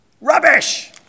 Rubbish